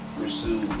pursue